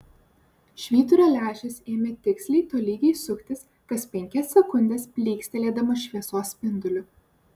švyturio lęšis ėmė tiksliai tolygiai suktis kas penkias sekundes plykstelėdamas šviesos spinduliu